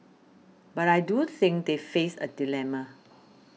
but I do think they face a dilemma